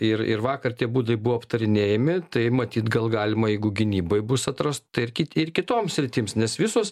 ir ir vakar tie būdai buvo aptarinėjami tai matyt gal galima jeigu gynybai bus atrast tai ir kiti kitoms sritims nes visos